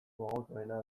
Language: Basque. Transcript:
gogokoena